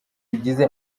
igize